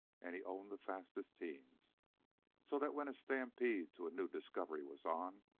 and he owned the fastest teams so that when a stampede to a new discovery was on,